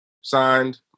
signed